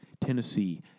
Tennessee